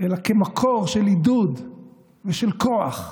אלא כמקור לעידוד ולכוח.